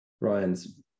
ryan's